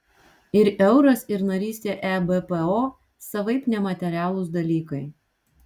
ir euras ir narystė ebpo savaip nematerialūs dalykai